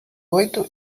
oito